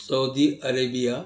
Saudi Arabia